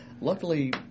Luckily